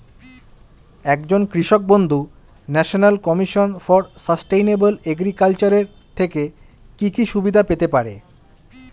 একজন কৃষক বন্ধু national commission for sustainable agriculture এর থেকে কি কি সুবিধা পেতে পারে?